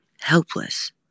helpless